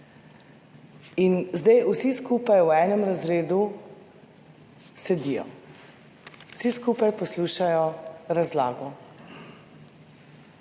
In zdaj vsi skupaj v enem razredu sedijo, vsi skupaj poslušajo razlago